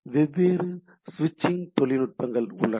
வெவ்வேறு ஸ்விச்சிங் தொழில்நுட்பங்கள் உள்ளன